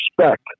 respect